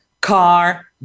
car